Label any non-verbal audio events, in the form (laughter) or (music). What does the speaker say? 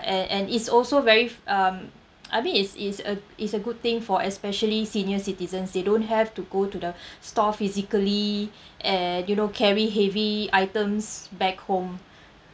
and and it's also very f~ um (noise) I mean it's it's a it's a good thing for especially senior citizens they don't have to go to the (breath) store physically and you know carry heavy items back home